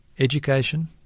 Education